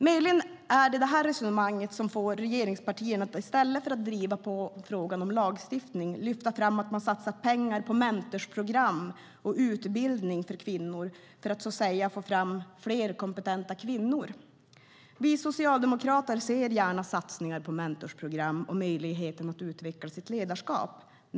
Möjligen är det detta resonemang som får regeringspartierna att i stället för att driva på frågan om lagstiftning lyfta fram att man satsar pengar på mentorsprogram och utbildning för kvinnor för att så att säga få fram fler kompetenta kvinnor. Vi socialdemokrater ser gärna satsningar på mentorsprogram och möjligheter att utveckla sitt ledarskap.